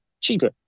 cheaper